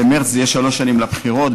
במרס זה יהיה שלוש שנים לבחירות,